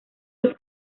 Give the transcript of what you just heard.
los